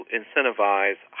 incentivize